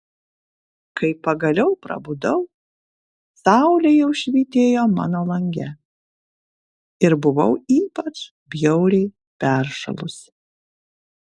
kai pagaliau prabudau saulė jau švytėjo mano lange ir buvau ypač bjauriai peršalusi